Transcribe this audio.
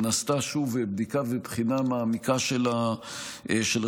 ונעשתה שוב בדיקה ובחינה מעמיקה של הסוגיה